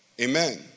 Amen